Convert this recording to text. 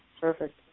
Perfect